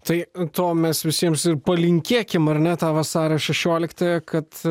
tai to mes visiems ir palinkėkim ar ane tą vasario šešioliktąją kad